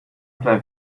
playing